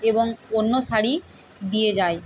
এবং অন্য শাড়ি দিয়ে যায়